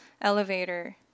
Elevator